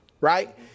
right